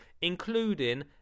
including